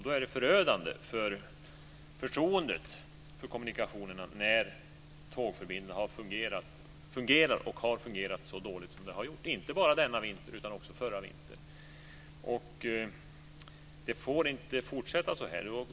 Det är förödande för förtroendet till kommunikationerna när tågförbindelserna fungerar och har fungerat så dåligt som de har gjort - inte bara denna vinter utan också förra vintern. Det får inte fortsätta så här.